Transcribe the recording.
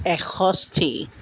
এষষ্ঠী